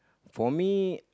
for me